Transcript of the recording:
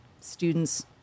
students